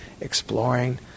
exploring